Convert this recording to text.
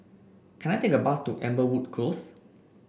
can I take a bus to Amberwood Close